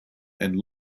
and